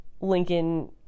Lincoln